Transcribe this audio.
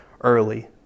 early